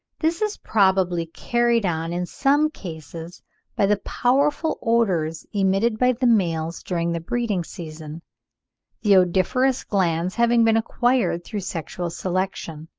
this is probably carried on in some cases by the powerful odours emitted by the males during the breeding-season the odoriferous glands having been acquired through sexual selection.